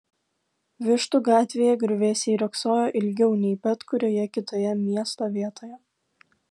vištų gatvėje griuvėsiai riogsojo ilgiau nei bet kurioje kitoje miesto vietoje